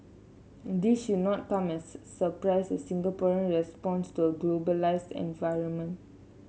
this should not come as surprise as Singaporean responds to a globalised environment